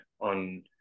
on